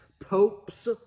popes